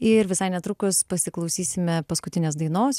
ir visai netrukus pasiklausysime paskutinės dainos